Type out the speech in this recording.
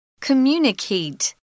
Communicate